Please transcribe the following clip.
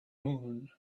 moon